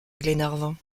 glenarvan